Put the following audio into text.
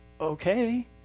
okay